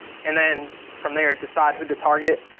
and then from there decide who to target.